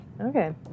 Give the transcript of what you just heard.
Okay